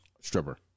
stripper